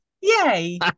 Yay